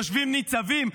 יושבים ניצבים,